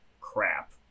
crap